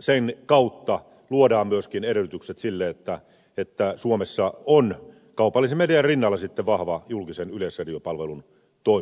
sen kautta luodaan myöskin edellytykset sille että suomessa on kaupallisen median rinnalla sitten vahva julkisen yleisradiopalvelun toiminta